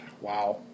wow